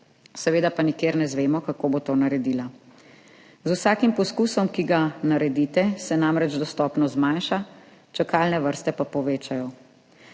seveda pa nikjer ne izvemo, kako bo to naredila. Z vsakim poskusom, ki ga naredite, se namreč dostopnost zmanjša, čakalne vrste pa povečajo.